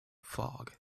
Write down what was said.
fog